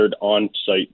on-site